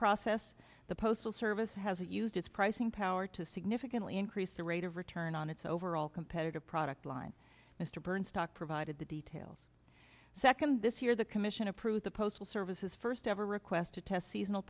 process the postal service hasn't used its pricing power to significantly increase the rate of return on its overall competitive product line mr burnstock provided the details second this year the commission approved the postal service's first ever request to test season